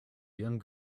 young